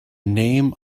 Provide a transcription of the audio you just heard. name